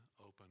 open